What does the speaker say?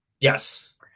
Yes